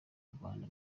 rwanda